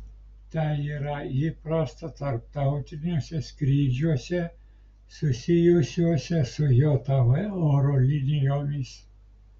tai yra įprasta tarptautiniuose skrydžiuose susijusiuose su jav oro linijomis